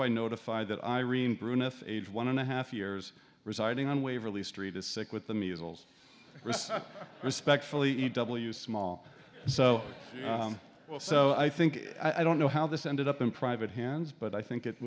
by notified that irene broun if age one and a half years residing on waverly street is sick with the measles respectfully e w small so well so i think i don't know how this ended up in private hands but i think it